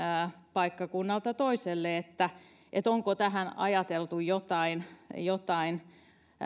paikkakunnalta toiselle onko tähän asiaan ajateltu jotain